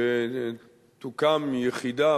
שתוקם יחידה